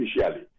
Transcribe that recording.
officially